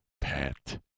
pet